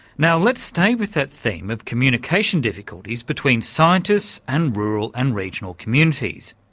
now let's stay with that theme of communication difficulties between scientists and rural and regional communities.